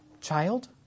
child